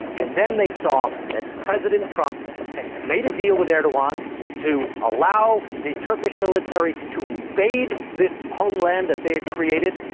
and then they saw that president trump made a deal with erdogan to allow the turkish military to invade this homeland that they had created,